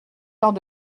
lors